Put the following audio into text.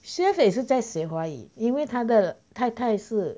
xue fei 也是在学华语因为他的太太是